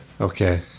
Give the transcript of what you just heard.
Okay